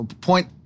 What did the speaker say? point